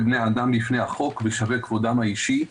בני האדם בפני החוק ושווה כבודם האישי".